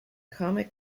comic